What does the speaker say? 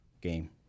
game